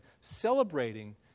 celebrating